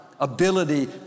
ability